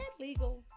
legal